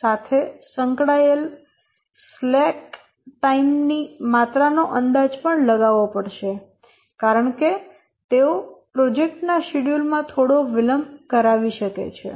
સાથે સંકળાયેલ સ્લેક ની માત્રા નો અંદાજ પણ લગાવવો પડશે કારણકે તેઓ પ્રોજેક્ટ ના શેડ્યુલ માં થોડો વિલંબ કરાવી શકે છે